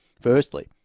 firstly